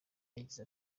yagize